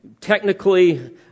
Technically